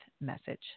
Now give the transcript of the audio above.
message